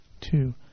two